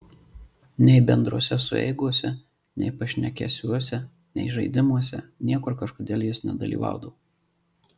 nei bendrose sueigose nei pašnekesiuose nei žaidimuose niekur kažkodėl jis nedalyvaudavo